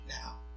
now